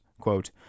quote